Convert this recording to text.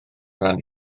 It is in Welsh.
ran